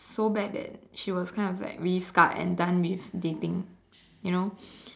so bad that she was kind of like really scarred and done with dating you know